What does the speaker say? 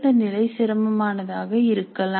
உயர்ந்த நிலை சிரமமானதாக இருக்கலாம்